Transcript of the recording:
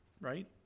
right